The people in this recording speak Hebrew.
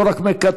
לא רק מקטר,